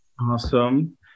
awesome